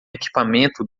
equipamento